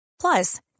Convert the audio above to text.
Plus